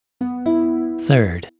Third